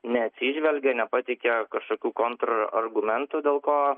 neatsižvelgė nepateikė kažkokių kontrargumentų dėl ko